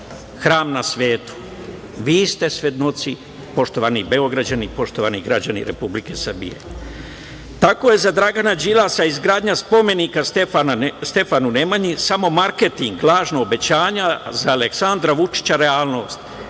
hram na svetu, vi ste svedoci poštovani Beograđani i poštovani građani Republike Srbije. Tako je za Dragana Đilasa izgradnja spomenika Stefanu Nemanji samo marketing, lažna obećanja, a za Aleksandra Vučića realnost,